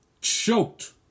choked